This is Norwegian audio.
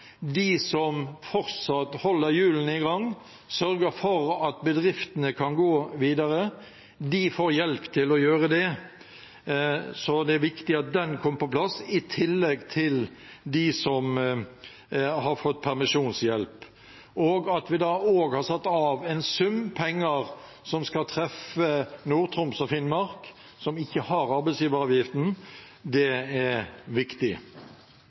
de som fortsatt holder hjulene i gang, som sørger for at bedriftene kan gå videre, får altså hjelp til å gjøre det. Så det er viktig at det kom på plass, i tillegg til permisjonshjelp, og at vi også har satt av en sum penger som skal treffe Nord-Troms og Finnmark, som ikke har arbeidsgiveravgiften. Det er viktig.